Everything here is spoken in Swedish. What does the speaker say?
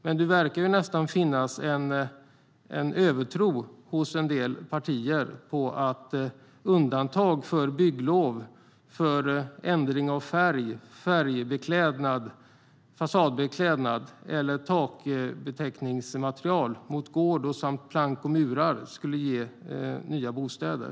Men det verkar nästan finnas en övertro hos en del partier på vad undantag från bygglov för ändring av färg, fasadbeklädnad eller taktäckningsmaterial mot gård samt plank och murar skulle ge i form av nya bostäder.